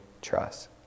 trust